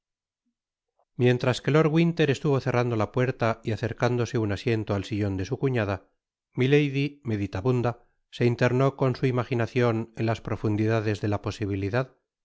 mientras que lord winter estuvo cerrando la puerta y acercándose un asiento al sillon de su cuñada milady meditabunda se internó con su imajrftacion en las profundidades de la posibilidad